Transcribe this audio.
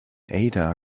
ada